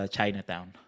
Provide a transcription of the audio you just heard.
Chinatown